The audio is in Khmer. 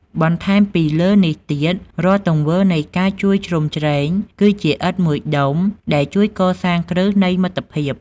បន្ថែមពីលើនេះទៀត រាល់ទង្វើនៃការជួយជ្រោមជ្រែង គឺជាឥដ្ឋមួយដុំដែលជួយកសាងគ្រឹះនៃមិត្តភាព។